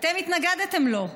אתם התנגדתם לו,